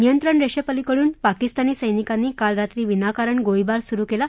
नियंत्रण रेषेपलिकडून पाकिस्तानी सैनिकानीं काल रात्री विनाकारण गोळीबार सुरु केला